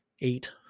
eight